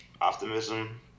optimism